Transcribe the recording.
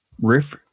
riff